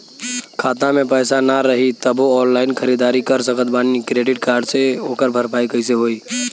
खाता में पैसा ना रही तबों ऑनलाइन ख़रीदारी कर सकत बानी क्रेडिट कार्ड से ओकर भरपाई कइसे होई?